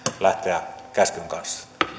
lähtemään käskyn kanssa